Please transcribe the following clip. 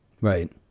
Right